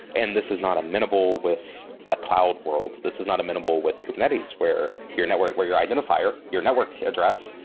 and this is not amenable with a cloud world. this is not amenable with kubernetes, where your network where your identifier, your network address,